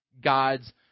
God's